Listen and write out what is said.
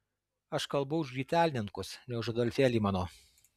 aš kalbu už grytelninkus ne už adolfėlį mano